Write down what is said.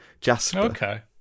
Jasper